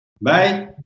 Bye